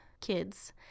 kids